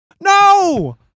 No